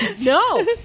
no